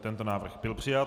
Tento návrh byl přijat.